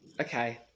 Okay